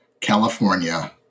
California